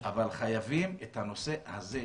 אבל חייבים את הנושא הזה,